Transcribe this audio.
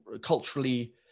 culturally